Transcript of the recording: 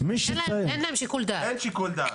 אין להם שיקול דעת.